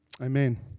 Amen